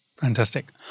Fantastic